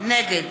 נגד